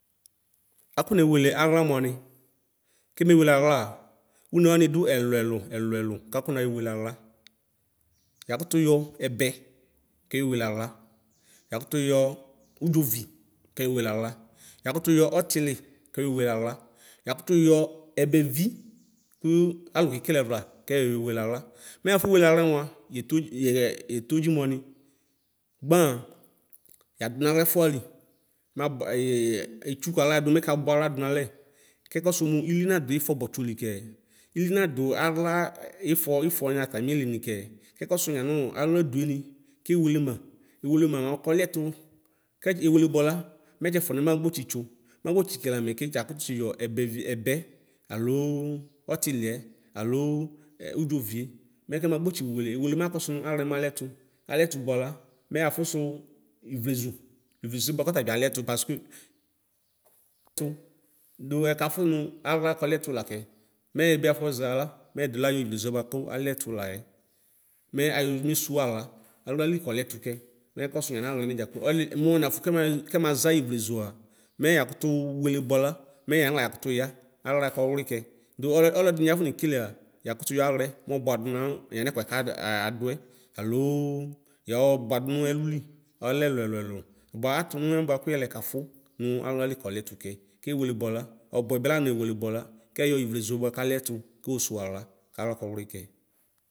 Akonewele aɣla muani? Kemewele aɣlaa, ɛbɛkeowele aɣla; yakutuyɔ udzovi keoweleaɣla; yakutuyo ebe keowele aɣla; yakutuyo otili keyoweleɣla; yakutuyo ebevi kuu alu kekeleevla keoweleaɣla kɛyoweleaɣla kɛyoweleaɣla. Mɛ afoweleaɣlɛ mua yetu yetodzi muani! Gbaŋ, yadu naɣlɛfuali ma eee etsukuaɣladu mɛkabuaɣladu male kekosu mu ili nadu ifobotsolikɛɛ? ili nadu aɣla ifo ifomi atalili kɛɛ, kɛkɔsu yanu aɣladue ni kewelema; ewelema mɛ kǝlieto, kɛdi ewelebuala, mɛtsefuaniɛ magbo tsitso, magbo tsikele amɛke tsakutsiyo ɛbɛvi ɛbɛ aloo otilie aloo ɛ udzovie mɛ kɛmaku esiwele makɔsu muaɣlɛ mua alietu alietu buala mɛ afusu ivlezu ivleʒue bua kɔtabi aliɛtu paseke du ɛkafunu ayla kolietu lake; meebiafɔʒa la mɛ edu la yuivleʒue buaku alietu laye. Mɛ ayɔ mesuwa aɣla, maɣlalifo alietu laye. Mɛ ayɔ mesuwa aɣla, maɣlalifo aliɛtu kɛ; meekosu yanayla amidza kplo alie mu muenafu kɛmaza ivlezua mɛ yakatu wele buala mɛ yaɣla yakutu yɔaɣlɛ mɔbuadu na yanɛkuɛ kaaaduɛ aloo yɔbuadu nu ɛluli ɔlɛ ɛlueluelu ba atunu wɛ yɛlɛkafu nu aɣlali kɔ lietu kɛ kewale buala ɔbuɛbɛ la newele buala kɛyɔ ivliezue buakaliɛtu koosuwu aɣla kaɣla kɔwli kɛ.